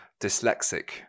dyslexic